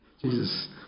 Jesus